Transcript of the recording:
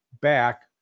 back